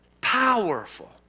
powerful